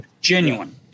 Genuine